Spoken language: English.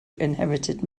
inherited